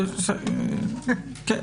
כן.